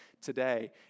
today